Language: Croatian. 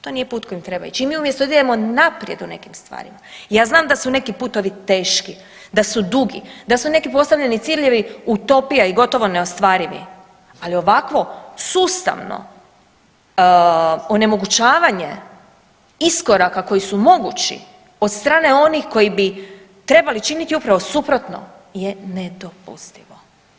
To nije put kojim treba ići i mi umjesto da idemo naprijed u nekim stvarima, ja znam da su neki putovi teški, da su dugi, da su neki postavljeni ciljevi utopija i gotovo neostvarivi, ali ovakvo sustavno onemogućavanje iskoraka koji su mogući od strane onih koji bi trebali činiti upravo suprotno je nedopustivo.